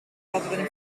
rather